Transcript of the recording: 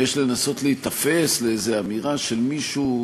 לנסות להיתפס לאיזו אמירה של מישהו,